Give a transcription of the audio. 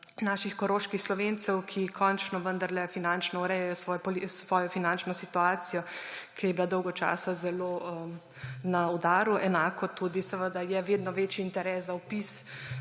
naših koroških Slovencev, ki končno vendarle finančno urejajo svojo finančni situacijo, ki je bila dolgo časa zelo na udaru. Enako tudi seveda je vedno večji interes za vpis